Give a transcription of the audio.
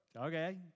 Okay